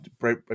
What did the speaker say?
right